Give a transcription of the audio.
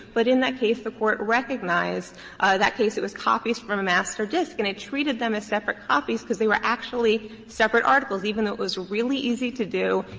but in that case the court recognized that case, it was copies from a master disk and it treated them as separate copies because they were actually separate articles, even though it was really easy to do,